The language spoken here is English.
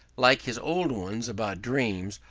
like his old ones about dreams,